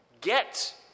Get